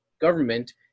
government